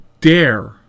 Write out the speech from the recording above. dare